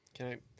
Okay